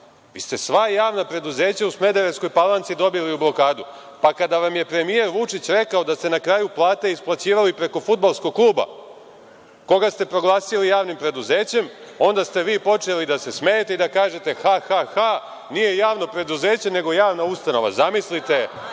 vi ste sva javna preduzeća u Smederevskoj Palanci doveli u blokadu. Pa, kada vam je premijer Vučić na kraju rekao da ste plate isplaćivali preko fudbalskog kluba koga ste proglasili javnim preduzećem, onda ste vi počeli da se smejete i da kažete – ha, ha, ha, nije javno preduzeće nego javna ustanova. Zamislite,